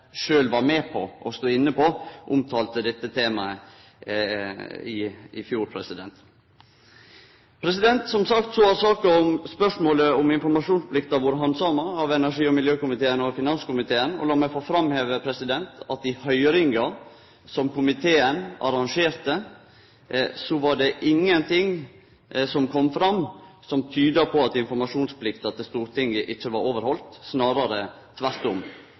var med på og stod inne på, omtalte dette temaet i fjor. Som sagt har saka og spørsmålet om informasjonsplikta vore handsama av energi- og miljøkomiteen og finanskomiteen, og lat meg få framheve at i høyringa som komiteen arrangerte, var det ingenting av det som kom fram, som tydde på at informasjonsplikta til Stortinget ikkje var overhalden, snarare tvert om.